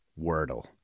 wordle